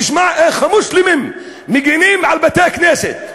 תשמע איך המוסלמים מגינים על בתי-הכנסת.